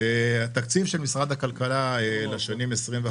התקציב של משרד הכלכלה לשנים 2021,